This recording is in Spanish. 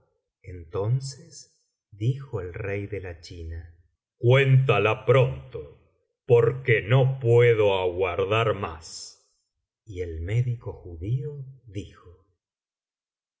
entonces dijo el rey de la china cuéntala pronto porque no puedo aguardar más y el médico judío dijo